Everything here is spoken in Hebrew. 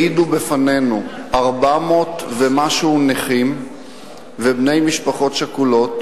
העידו בפנינו 400 ומשהו נכים ובני משפחות שכולות.